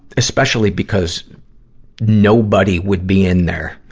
especially because nobody would be in there.